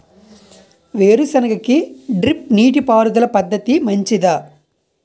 వేరుసెనగ కి డ్రిప్ నీటిపారుదల పద్ధతి మంచిదా?